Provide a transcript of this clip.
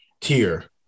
tier